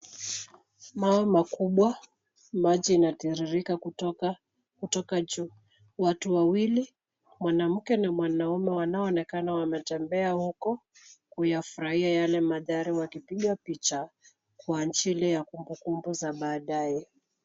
Maua makubwa. Maji inatiririka kutoka juu. Watu wawili, mwanamke na mwanaume wanaoonekana wametembea huko kuyafurahia yale mandhari wakipiga picha kwa ajili ya kumbukumbu za baadaye.